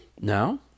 Now